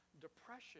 depression